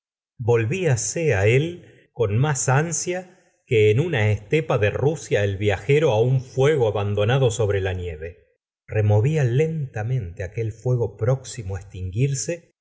fastidio volvíase él con más ansia que en una estepa de rusia el viajero un fuego abandonado sobre la nieve removía lentamente v aquel fuego próximo á extinguirse